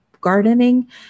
gardening